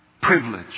privilege